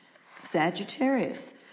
Sagittarius